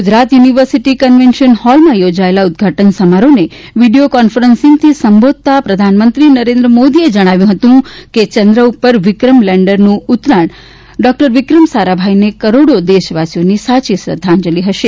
Gujarat university convention હોલમાં યોજાયેલા ઉદ્દઘાટન સમારોહને વીડીયો કોન્ફરન્સીંગથી સંબોધતાં પ્રધાનમંત્રીએ નરેન્દ્ર મોદીએ જણાવ્યું હતું કે ચંદ્ર ઉપર વિક્રમ લેન્ડરનું ઉતરાણ ડોક્ટર વિક્રમ સારાભાઇને કરોડો દેશવાસીઓની સાચી શ્રદ્ધાંજલી હશે